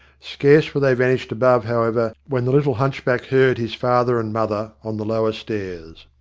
scarce were they vanished above, however, when the little hunch back heard his father and mother on the lower stairs.